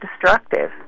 destructive